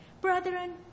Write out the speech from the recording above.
Brethren